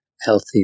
healthy